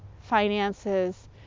finances